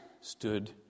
stood